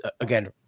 again